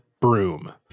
broom